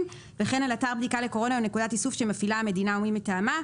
וכן על אתר בדיקה לקורונה או נקודות איסוף שמפעילה המדינה או מי מטעמה",